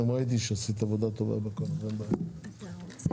אני חושב